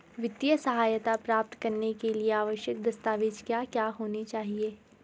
वित्तीय सहायता प्राप्त करने के लिए आवश्यक दस्तावेज क्या क्या होनी चाहिए?